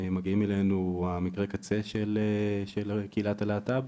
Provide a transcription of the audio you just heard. מגיעים אלינו מקרי הקצה של קהילת הלהט"ב,